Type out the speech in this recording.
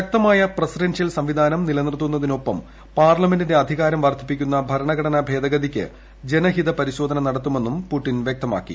ശക്തമായ പ്രസിഡൻഷ്യൽ സംവിധാനം നിലനിർത്തുന്നതിനൊപ്പം പാർലമെന്റിന്റെ അധികാരം വർധിപ്പിക്കുന്ന ഭരണഘടനാ ഭേദഗതിക്ക് ജനഹിത പരിശോധന നടത്തുമെന്നും പുടിൻ വൃക്തമാക്കി